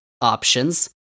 options